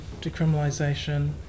decriminalisation